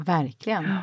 Verkligen